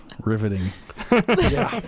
riveting